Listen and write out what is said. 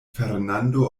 fernando